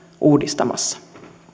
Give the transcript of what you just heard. uudistamassa